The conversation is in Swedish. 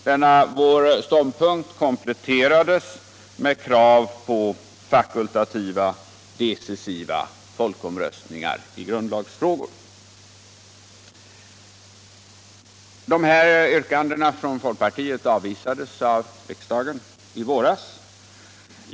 Denna vår ståndpunkt kompletterades med krav på fakultativa, decisiva folkomröstningar i grundlagsfrågor. Dessa yrkanden från folkpartiet avvisades av riksdagen i våras.